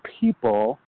people